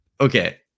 okay